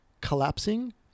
collapsing